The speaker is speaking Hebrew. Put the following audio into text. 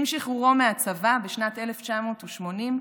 עם שחרורו מהצבא, בשנת 1980,